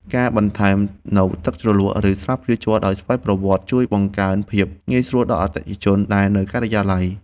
ការបន្ថែមនូវទឹកជ្រលក់ ឬស្លាបព្រាជ័រដោយស្វ័យប្រវត្តិជួយបង្កើនភាពងាយស្រួលដល់អតិថិជនដែលនៅការិយាល័យ។